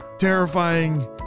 terrifying